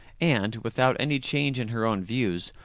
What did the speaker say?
and, without any change in her own views,